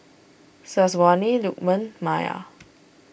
Syazwani Lukman Maya